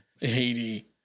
Haiti